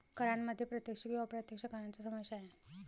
करांमध्ये प्रत्यक्ष किंवा अप्रत्यक्ष करांचा समावेश आहे